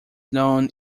known